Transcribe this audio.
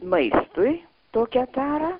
maistui tokią tarą